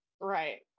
right